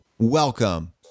Welcome